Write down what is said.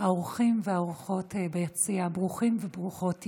האורחים והאורחות ביציע, ברוכים וברוכות תהיו.